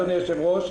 אדוני היושב ראש.